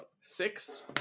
Six